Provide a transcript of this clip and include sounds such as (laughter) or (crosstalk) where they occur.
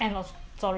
(laughs)